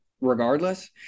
regardless